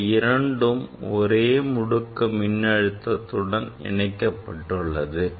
இவை இரண்டும் ஒரே முடுக்கும் மின்னழுத்தத்துடன் இணைக்கப்பட்டுள்ளது